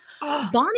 Bonnie